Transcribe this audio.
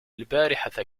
البارحة